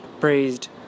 praised